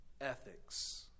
ethics